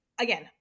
again